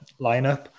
lineup